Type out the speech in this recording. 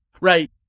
right